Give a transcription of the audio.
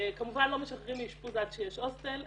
כמובן לא משחררים מאשפוז עד שיש הוסטל.